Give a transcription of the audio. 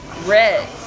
Red